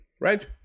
right